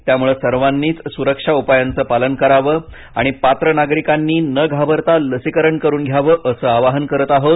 त्यामुळे सर्वांनीच सुरक्षा उपायांचं पालन करावं आणि पात्र नागरिकांनी न घाबरता लसीकरण करून घ्यावं असं आवाहन करत आहोत